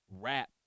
rap